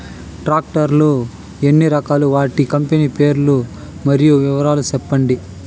Tractor లు ఎన్ని రకాలు? వాటి కంపెని పేర్లు మరియు వివరాలు సెప్పండి?